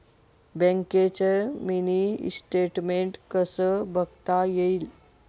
बँकेचं mini statement कसं बघता येईल?